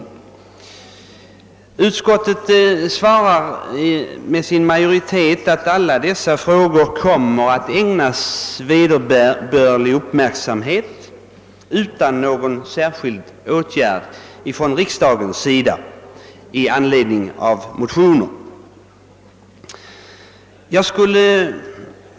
Utskottets majoritet skriver att alla dessa frågor kommer att ägnas vederbörlig uppmärksamhet utan att riksdagen nu med anledning av motionerna vidtar någon åtgärd.